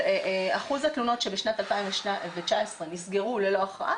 אחוז התלונות שבשנת 2019 נסגרו ללא הכרעה